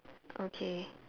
okay